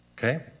Okay